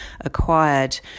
acquired